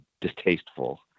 distasteful